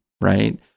right